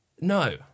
No